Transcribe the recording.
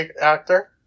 actor